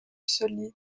solide